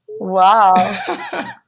Wow